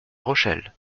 rochelle